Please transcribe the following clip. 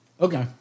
Okay